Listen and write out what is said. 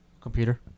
Computer